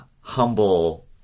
humble